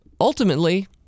ultimately